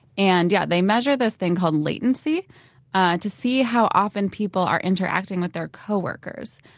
and yeah they measure this thing called latency to see how often people are interacting with their co-workers.